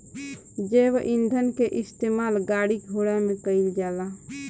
जैव ईंधन के इस्तेमाल गाड़ी घोड़ा में कईल जाला